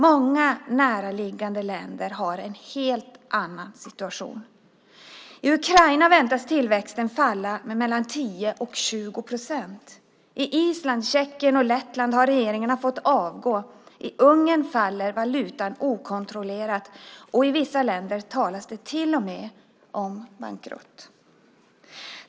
Många näraliggande länder har en helt annan situation. I Ukraina väntas tillväxten falla med mellan 10 och 20 procent. I Island, Tjeckien och Lettland har regeringarna fått avgå, i Ungern faller valutan okontrollerat och i vissa länder talas det till och med om bankrutt.